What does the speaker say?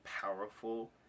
powerful